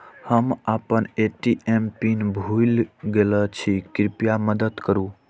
हम आपन ATM PIN भूल गईल छी, कृपया मदद करू